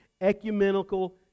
ecumenical